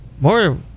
more